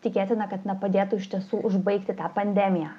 tikėtina kad na padėtų iš tiesų užbaigti tą pandemiją